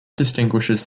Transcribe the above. distinguishes